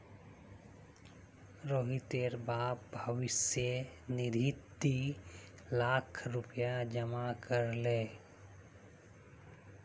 रोहितेर बाप भविष्य निधित दी लाख रुपया जमा कर ले